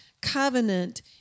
covenant